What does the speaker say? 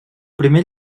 primer